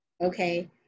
okay